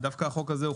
החוק הזה אנחנו